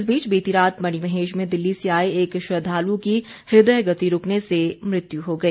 इस बीच बीती रात मणिमहेश में दिल्ली से आए एक श्रद्वालु की हृदय गति रूकने से मृत्यु हो गई